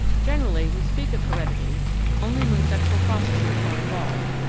generally, we speak of heredity only when sexual processes are involved,